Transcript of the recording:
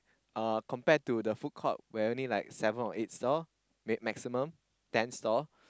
uh compared to the food court where only like seven or eight stalls max maximum ten stalls